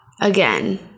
Again